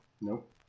Nope